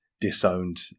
disowned